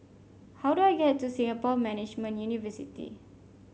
how do I get to Singapore Management University